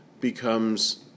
becomes